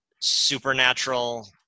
supernatural